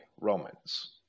Romans